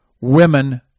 women